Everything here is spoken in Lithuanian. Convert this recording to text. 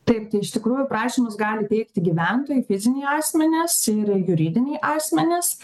taip tai iš tikrųjų prašymus gali teikti gyventojai fiziniai asmenys ir juridiniai asmenys